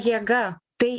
jėga tai